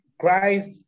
christ